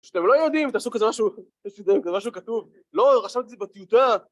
כשאתם לא יודעים תעשו כזה משהו כזה משהו כתוב, לא, רשמתי את זה בטיוטה.